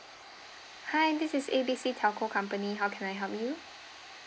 hi this is A B C telco company how can I help you